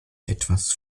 etwas